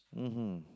mmhmm